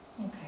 Okay